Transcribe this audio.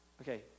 Okay